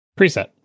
preset